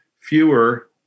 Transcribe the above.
fewer